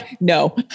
no